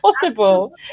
possible